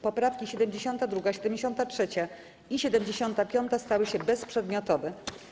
Poprawki 72., 73. i 75. stały się bezprzedmiotowe.